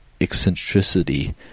eccentricity